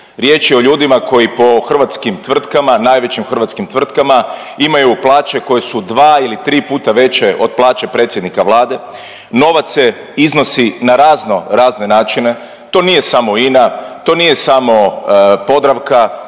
Riječ je o ljudima koji po hrvatskim tvrtkama, najvećim hrvatskim tvrtkama imaju plaće koje su 2 ili 3 puta veće od plaće predsjednika Vlade, novac se iznosi na raznorazne načine, to nije samo INA, to nije samo Podravka,